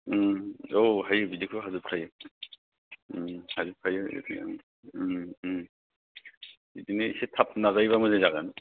उम औ हायो बिदिखौ हाजोबखायो उम हाजोबखायो उम उम बिदिनो एसे थाब नाजायोब्ला मोजां जागोन